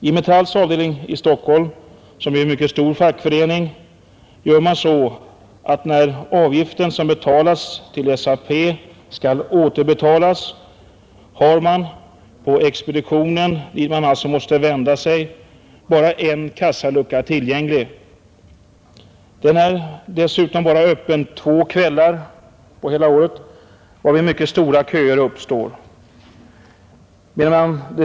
I Metalls avdelning i Stockholm, som är en mycket stor fackförening, gör man så att när den avgift som betalats till SAP skall återbetalas har man på expeditionen, dit vederbörande måste vända sig, bara en kassalucka öppen. Dessutom är den bara öppen två kvällar på hela året, varför mycket stora köer uppstår.